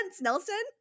Nelson